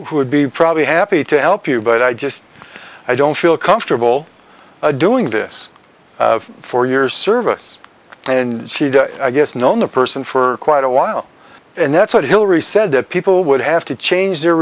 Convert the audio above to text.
who would be probably happy to help you but i just i don't feel comfortable doing this for years service and i guess known the person for quite a while and that's what hillary said that people would have to change their